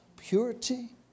Purity